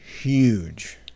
huge